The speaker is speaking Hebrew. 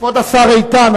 כבוד השר איתן,